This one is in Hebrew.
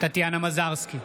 טטיאנה מזרסקי,